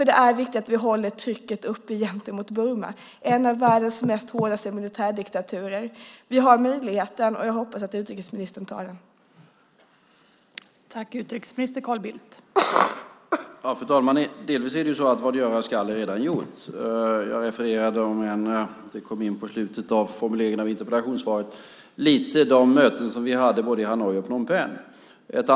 Det är viktigt att vi håller trycket uppe gentemot Burma, en av världens hårdaste militärdiktaturer. Vi har möjligheten. Jag hoppas att utrikesministern tar den chansen.